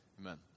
amen